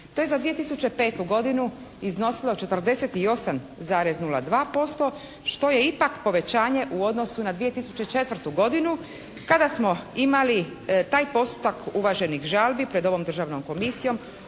To je za 2005. godinu iznosilo 48,02% što je ipak povećanje u odnosu na 2004. godinu kada smo imali taj postotak uvaženih žalbi pred ovom Državnom komisiju